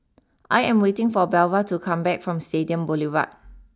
I am waiting for Belva to come back from Stadium Boulevard